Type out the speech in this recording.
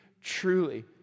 truly